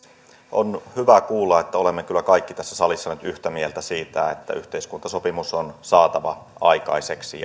on hyvä kuulla että olemme kyllä kaikki tässä salissa nyt yhtä mieltä siitä että yhteiskuntasopimus on saatava aikaiseksi